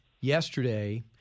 yesterday